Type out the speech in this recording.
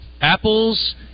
apples